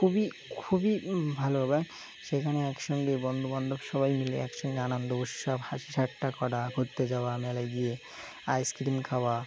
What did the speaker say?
খুবই খুবই ভালো হবে সেখানে একসঙ্গে বন্ধু বান্ধব সবাই মিলে একসঙ্গে আনন্দ উৎসব হাাসি ঠাট্টা করা ঘুরতে যাওয়া মেলায় গিয়ে আইসক্রিম খাওয়া